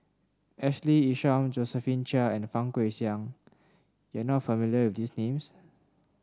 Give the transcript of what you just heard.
Ashley Isham Josephine Chia and Fang Guixiang you are not familiar with these names